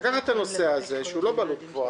לקחת את הנושא הזה, שעלותו לא גבוהה,